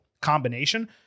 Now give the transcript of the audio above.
combination